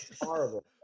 Horrible